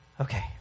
Okay